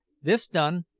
this done,